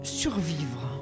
survivre